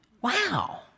Wow